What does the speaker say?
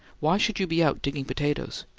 why should you be out digging potatoes?